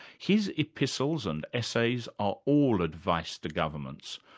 his epistles and essays are all advice to governments,